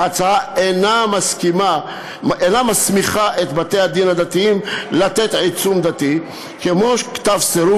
ההצעה אינה מסמיכה את בתי-הדין הדתיים לתת עיצום דתי כמו כתב סירוב